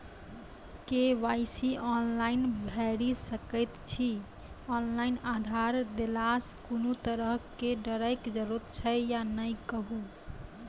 KYC online भैरि सकैत छी, ऑनलाइन आधार देलासॅ कुनू तरहक डरैक जरूरत छै या नै कहू?